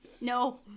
No